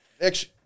next